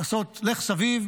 לעשות "לך סביב",